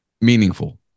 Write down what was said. meaningful